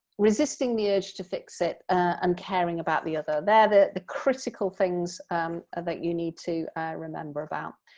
resisting the urge to fix it, and caring about the other. they're the the critical things that you need to remember about,